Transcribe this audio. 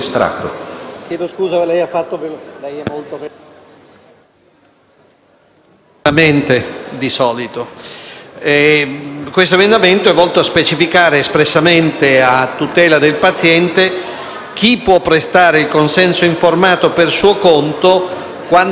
il mio emendamento è volto a specificare, espressamente a tutela del paziente, chi può prestare il consenso informato per suo conto, quando questi non sia in grado di comunicarlo.